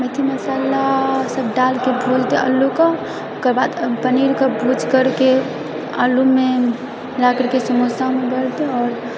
मेथी मसाला सब डालके आलूके ओकर बाद पनीरके भुज करके आलूमे जा करके समोसा आओर